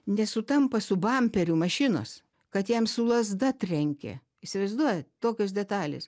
nesutampa su bamperiu mašinos kad jam su lazda trenkė įsivaizduojat tokios detalės